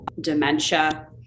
dementia